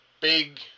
big